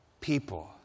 people